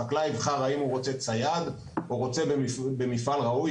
החקלאי יבחר האם הוא רוצה צייד או רוצה במפעל ראוי,